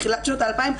תחילת שנות ה-2000,